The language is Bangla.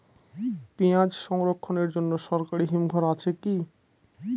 পিয়াজ সংরক্ষণের জন্য সরকারি হিমঘর আছে কি?